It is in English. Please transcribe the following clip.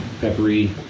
Peppery